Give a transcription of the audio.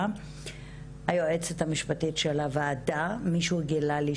כשהייתי גם יושבת ראש הוועדה הזו.